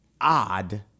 odd